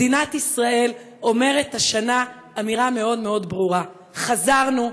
מדינת ישראל אומרת השנה אמירה מאוד מאוד ברורה: חזרנו,